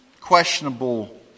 questionable